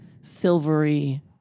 silvery